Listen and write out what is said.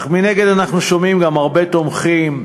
אך מנגד אנחנו שומעים גם הרבה תומכים,